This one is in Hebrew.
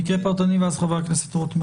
כן, מקרה פרטני ואז חבר הכנסת רוטמן.